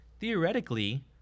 theoretically